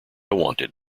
wanted